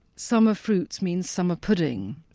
summer fruits mean summer pudding.